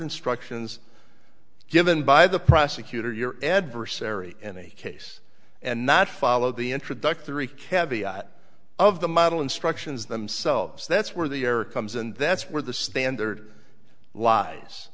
instructions given by the prosecutor your adversary in a case and not follow the introductory kevvy of the model instructions themselves that's where the error comes and that's where the standard lies